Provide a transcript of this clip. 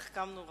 החכמנו רבות.